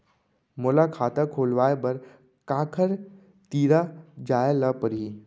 मोला खाता खोलवाय बर काखर तिरा जाय ल परही?